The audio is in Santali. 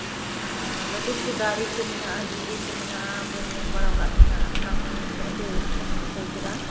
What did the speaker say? ᱞᱟᱹᱴᱩ ᱞᱟᱹᱴᱩ ᱫᱟᱨᱮ ᱠᱚ ᱢᱮᱱᱟᱜᱼᱟ ᱫᱷᱤᱨᱤ ᱠᱚ ᱢᱮᱱᱟᱜᱼᱟ ᱵᱟᱹᱧ ᱧᱮᱞ ᱵᱟᱲᱟ ᱠᱟᱜ ᱛᱟᱦᱮᱱᱟ ᱟᱨ ᱚᱱᱟ ᱠᱚ ᱧᱮᱞᱛᱮ ᱟᱹᱰᱤ ᱨᱟᱹᱥᱠᱟᱹᱧ ᱵᱩᱡᱷᱟᱹᱣ ᱠᱮᱫᱟ